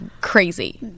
crazy